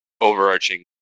overarching